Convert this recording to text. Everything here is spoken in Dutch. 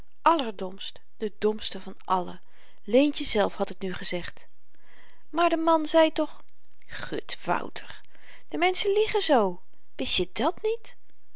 allerdomst de domste van allen leentje zelf had het nu gezegd maar de man zei toch gut wouter de menschen liegen zoo wist je dàt niet